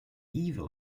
evil